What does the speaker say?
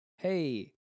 Hey